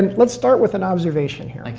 and let's start with an observation here. like